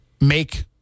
make